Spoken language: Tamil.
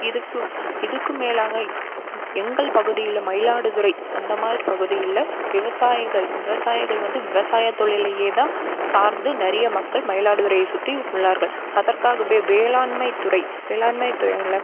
இதுக்கு இதுக்கும் மேலாக எங்கள் பகுதியில் மயிலாடுதுறை அந்த மாதிரி பகுதியில் விவசாயிகள் விவசாயிகள் வந்து விவசாயத் தொழிலயே தான் சார்ந்து நிறைய மக்கள் மயிலாடுதுறையை சுற்றி உள்ளார்கள் அதற்காகவே வேளாண்மைத்துறை வேளாண்மைத்துறையில்